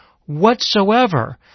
whatsoever